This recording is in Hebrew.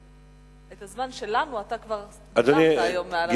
את הזמן שלנו אתה כבר דיברת היום מעל הדוכן.